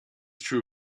true